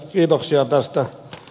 kiitoksia toista